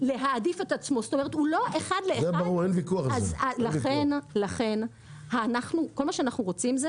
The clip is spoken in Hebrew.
להעדיף את עצמו אז לכן כל מה שאנחנו רוצים,